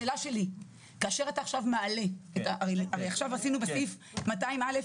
הרי עכשיו בסעיף 200(א)